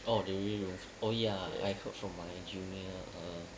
oh they already removed oh ya I heard from my junior err